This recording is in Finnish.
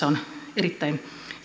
on erittäin